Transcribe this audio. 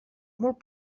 molt